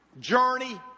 journey